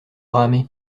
ramer